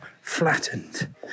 flattened